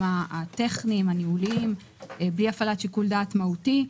הטכניים והניהוליים בלי לערב שיקול דעת מהותי.